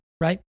right